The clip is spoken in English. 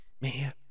man